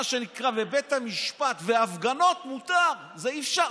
לבית המשפט ולהפגנות זה מותר, זה אפשר.